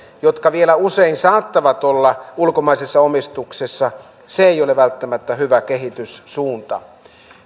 jotka vielä usein saattavat olla ulkomaisessa omistuksessa se ei ole välttämättä hyvä kehityssuunta